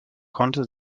konnte